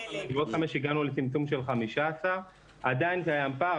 הגענו לצמצום של 15. עדיין זה פער.